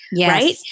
right